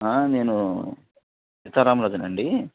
నేను సీతారామరాజునండి